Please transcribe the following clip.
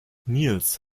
nils